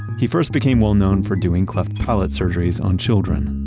he first became well-known for doing cleft palate surgeries on children.